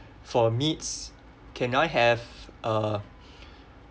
for meats can I have uh